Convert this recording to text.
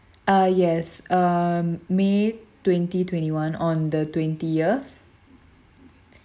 ah yes um may twenty twenty-one on the twentieth